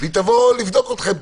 והיא תבוא לבדוק אתכם,